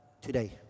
today